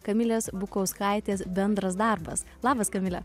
kamilės bukauskaitės bendras darbas labas kamile